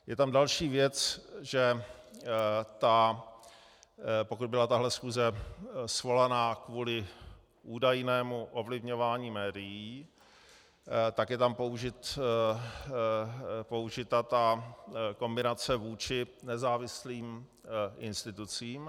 Je tam další věc, že pokud byla tahle schůze svolaná kvůli údajnému ovlivňování médií, tak je tam použita ta kombinace vůči nezávislým institucím.